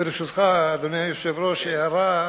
ברשותך, אדוני היושב-ראש, הערה,